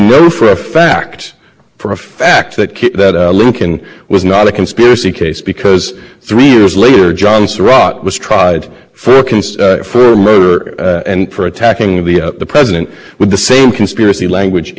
find difficult here first of all when article one was written where would the founders of thought that congress would look to